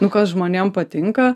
nu kas žmonėm patinka